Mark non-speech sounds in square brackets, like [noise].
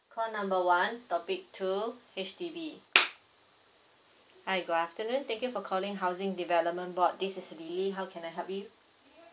call number one topic two H_D_B [noise] hi good afternoon thank you for calling housing development board this is lily how can I help you